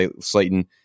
Slayton